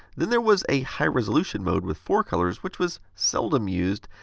then there was a high resolution mode with four colors, which was seldom used.